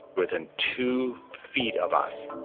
within two feet of us